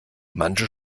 manche